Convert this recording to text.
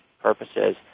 purposes